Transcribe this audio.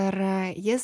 ir jis